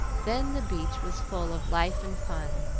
then the beach was full of life and fun,